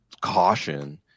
caution